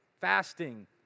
fasting